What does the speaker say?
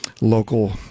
local